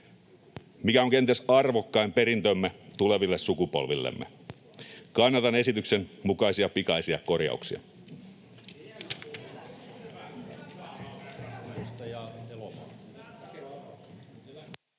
Se on kenties arvokkain perintömme tuleville sukupolvillemme. Kannatan esityksen mukaisia pikaisia korjauksia.